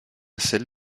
celle